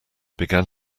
began